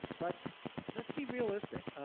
but let's be realistic.